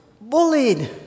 bullied